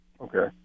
Okay